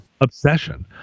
obsession